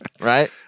Right